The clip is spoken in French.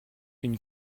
une